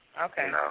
Okay